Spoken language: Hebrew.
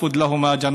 פרוֹשׂ להם כנף של